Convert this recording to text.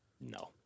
No